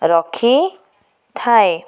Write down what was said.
ରଖିଥାଏ